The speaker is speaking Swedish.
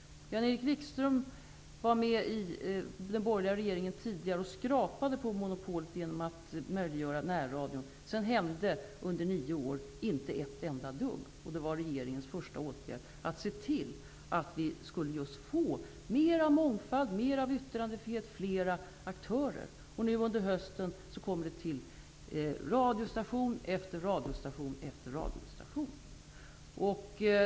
Jan-Erik Wikström satt med i den tidigare borgerliga regeringen och skrapade på monopolet genom att möjliggöra närradion. Sedan hände inte ett enda dugg under nio år. Regeringens första åtgärd var nu att se till att vi skulle få mera mångfald, mera yttrandefrihet och flera aktörer. Under hösten kommer det nu till radiostation efter radiostation efter radiostation.